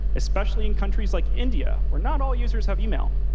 especially in countries like india, where not all users have email.